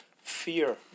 fear